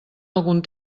algun